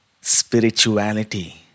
spirituality